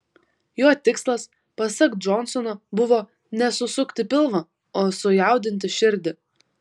jo tikslas pasak džonsono buvo ne susukti pilvą o sujaudinti širdį